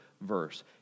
verse